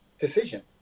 decision